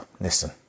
Listen